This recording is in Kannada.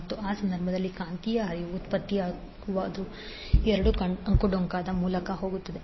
ಮತ್ತು ಆ ಸಂದರ್ಭದಲ್ಲಿ ಕಾಂತೀಯ ಹರಿವು ಉತ್ಪತ್ತಿಯಾಗುವುದು ಎರಡೂ ಅಂಕುಡೊಂಕಾದ ಮೂಲಕ ಹೋಗುತ್ತದೆ